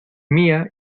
mía